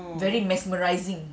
oh